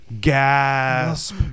Gasp